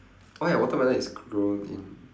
why ah watermelon is grown in